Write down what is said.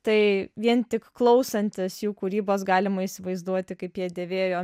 tai vien tik klausantis jų kūrybos galima įsivaizduoti kaip jie dėvėjo